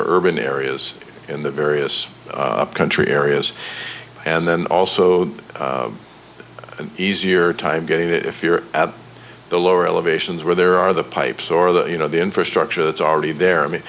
or urban areas in the various country areas and then also an easier time getting if you're at the lower elevations where there are the pipes or the you know the infrastructure that's already there i mean